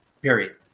period